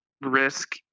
risk